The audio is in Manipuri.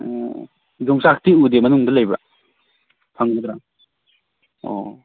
ꯑꯣ ꯌꯣꯡꯆꯥꯛꯇꯤ ꯎꯗꯦ ꯃꯅꯨꯡꯗ ꯂꯩꯕ꯭ꯔꯥ ꯐꯪꯒꯗ꯭ꯔꯥ ꯑꯣ